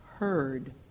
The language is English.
Heard